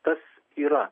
tas yra